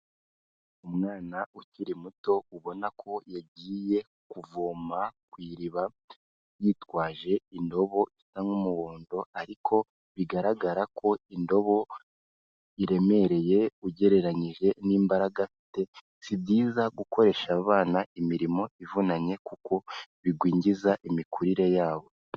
Umwana ukiri muto ubona ko yagiye kuvoma ku iriba, yitwaje indobo isa nk'umuhondo ariko bigaragara ko indobo iremereye ugereranyije n'imbaraga afite, si byiza gukoresha abana imirimo ivunanye kuko bigwingiza imikurire yabo.